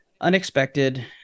Unexpected